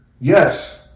Yes